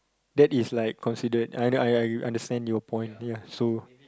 that is like considered I I I understand your point ya so